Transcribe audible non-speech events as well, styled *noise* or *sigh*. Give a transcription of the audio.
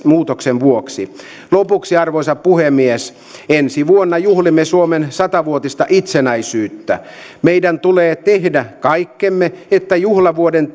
muutoksen vuoksi lopuksi arvoisa puhemies ensi vuonna juhlimme suomen sata vuotista itsenäisyyttä meidän tulee tehdä kaikkemme että juhlavuoden *unintelligible*